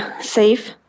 safe